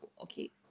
Okay